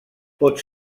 pot